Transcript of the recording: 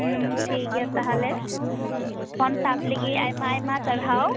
ᱴᱷᱤᱠ ᱜᱮᱭᱟ ᱛᱟᱦᱚᱞᱮ ᱯᱷᱳᱱ ᱥᱟᱵ ᱞᱟᱹᱜᱤᱫ ᱟᱭᱢᱟ ᱟᱭᱢᱟ ᱥᱟᱨᱦᱟᱣ